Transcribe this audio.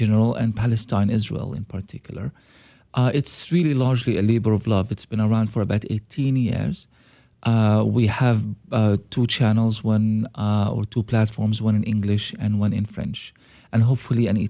general and palestine israel in particular it's really largely a labor of love that's been around for about eighteen years we have two channels one or two platforms one in english and one in french and hopefully an